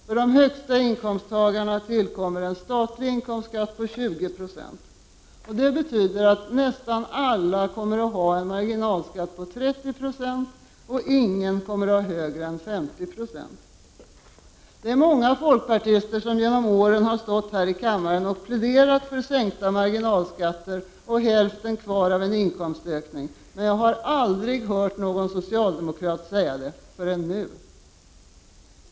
För de högsta inkomsttagarna tillkommer en statlig inkomstskatt på 20 96. Det betyder att nästan alla kommer att ha 30 Zo marginalskatt och att ingen kommer att ha högre än 50 96. Många folkpartister har genom åren stått här i kammaren och pläderat för sänkta marginalskatter och för att man skall ha hälften kvar av en inkomstökning, men jag har aldrig hört någon socialdemokrat säga det — förrän nu.